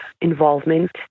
involvement